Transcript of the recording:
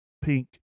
pink